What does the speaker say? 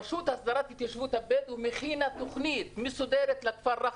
הרשות להסדרת ההתיישבות הבדואית הכינה תוכנית מסודרת לשר רחמה.